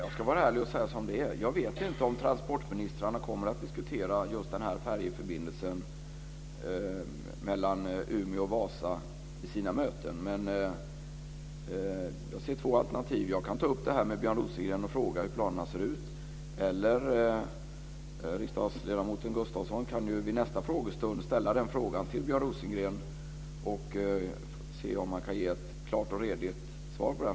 Fru talman! Jag ska vara ärlig och säga som det är: Jag vet inte om transportministrarna kommer att diskutera just färjeförbindelsen mellan Umeå och Vasa vid sina möten. Jag ser två alternativ: Jag kan ta upp detta med Björn Rosengren och fråga hur planerna ser ut, eller också kan riksdagsledamoten Lennart Gustavsson vid nästa frågestund ställa frågan till Björn Rosengren och se om han kan ge ett klart och redigt svar.